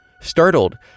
startled